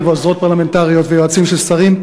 והעוזרות הפרלמנטריות והיועצים של שרים.